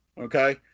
okay